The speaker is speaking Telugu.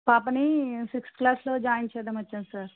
పాపని సిక్స్త్ క్లాస్లో జాయిన్ చేద్దాం అని వచ్చాం సార్